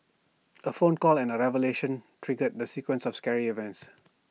A phone call and A revelation triggered the sequence of scary events